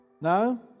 No